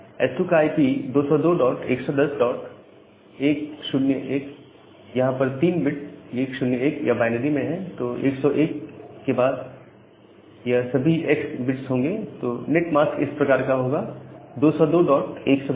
S2 का I P 202110101यहां यह 3 बिट 101 यह बायनरी में है तो 101 के बाद यह सभी x बिट्स होंगे तो नेट मास्क इस प्रकार होगा 202110 101xxxxxxxxxxxxx